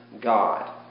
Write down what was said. God